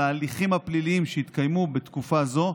ההליכים הפליליים שהתקיימו בתקופה זו,